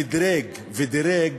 מדרג ודירג